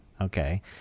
Okay